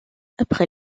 après